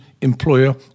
employer